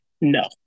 No